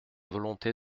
volonté